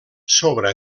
sobre